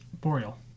Boreal